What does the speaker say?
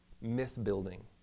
myth-building